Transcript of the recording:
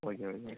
okay okay